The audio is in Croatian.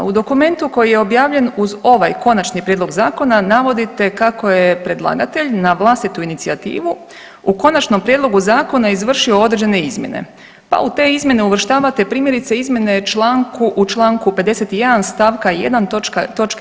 U dokumentu koji je objavljen uz ovaj konačni prijedlog zakon navodite kako je predlagatelj na vlastitu inicijativu u konačnom prijedlogu zakona izvršio određene izmjene, pa u te izmjene uvrštavate primjerice izmjene u čl. 51. st. 1. toč.